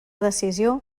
decisió